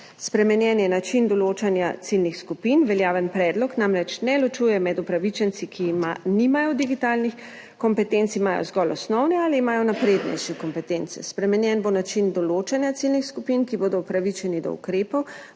Spremenjen je način določanja ciljnih skupin, veljaven predlog namreč ne ločuje med upravičenci, ki nimajo digitalnih kompetenc, imajo zgolj osnovne ali imajo naprednejše kompetence. Spremenjen bo način določanja ciljnih skupin, ki bodo upravičeni do ukrepov,